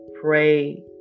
Pray